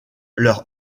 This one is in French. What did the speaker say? leur